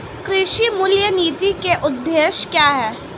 कृषि मूल्य नीति के उद्देश्य क्या है?